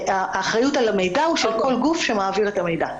האחריות על המידע היא של כל גוף שמעביר את המידע.